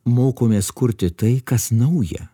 mokomės kurti tai kas nauja